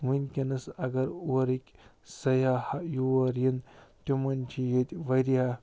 وُنکٮ۪نس اگر اورٕکۍ سیاہ یور یِنۍ تِمن چھِ ییٚتہِ وارِیاہ